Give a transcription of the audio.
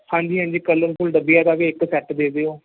ਹਾਂਜੀ ਹਾਂਜੀ ਕਲਰਫੁੱਲ ਡੱਬਿਆ ਦਾ ਵੀ ਇੱਕ ਸੈੱਟ ਦੇ ਦਿਓ